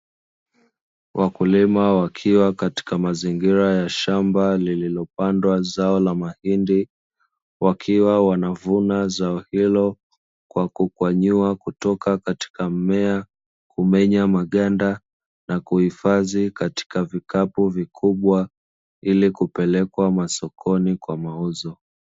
Wakulima wakiwa katika mazingira ya shamba lililopandwa zao la mahindi wakiwa wanavuna zao hilo kwa kukwanyua kutoka katika mmea, kumenya maganda na kuhifadhi katika vikapu vikubwa ili kupelekwa masokoni kwa mauzo.